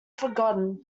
forgotten